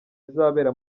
izabera